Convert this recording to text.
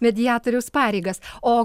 mediatoriaus pareigas o